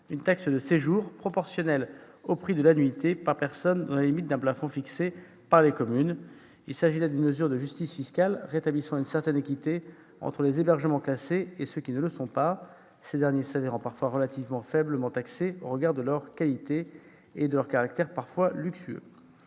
une taxe de séjour proportionnelle au prix de la nuitée par personne dans les limites d'un plafond fixé par les communes. Il s'agit d'une mesure de justice fiscale rétablissant une certaine équité entre les hébergements classés et ceux qui ne le sont pas, ces derniers se révélant parfois relativement peu taxés au regard de leur qualité, voire de leur caractère luxueux.